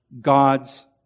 God's